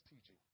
teaching